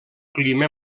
clima